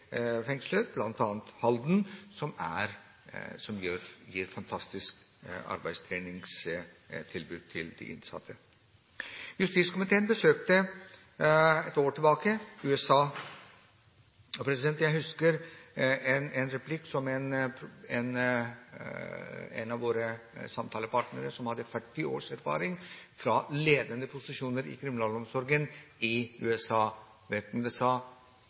fengsler, bl.a. Halden fengsel, som gir fantastiske arbeidstreningstilbud til de innsatte. Justiskomiteen besøkte for et år siden USA. Jeg husker en replikk fra en av våre samtalepartnere som hadde 40 års erfaring fra ledende posisjoner i kriminalomsorgen i USA.